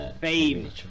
Fame